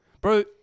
Bro